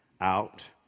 out